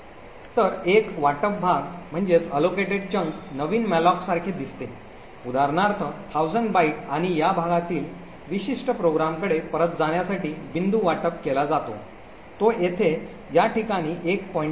तर एक वाटप भाग नवीन मॅलोक सारखे दिसते उदाहरणार्थ 1000 बाइट आणि या भागातील विशिष्ट प्रोग्रामकडे परत जाण्यासाठी बिंदू वाटप केला जातो तो येथे या ठिकाणी एक पॉईंटर आहे